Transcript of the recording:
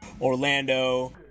Orlando